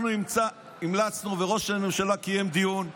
אנחנו המלצנו, וראש הממשלה קיים דיון,